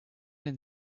and